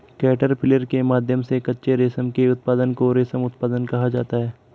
caterpillar के माध्यम से कच्चे रेशम के उत्पादन को रेशम उत्पादन कहा जाता है